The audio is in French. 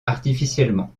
artificiellement